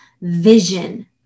vision